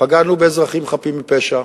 פגענו באזרחים חפים מפשע.